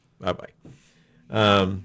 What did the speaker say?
Bye-bye